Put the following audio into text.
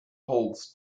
holds